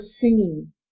singing